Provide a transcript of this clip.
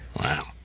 Wow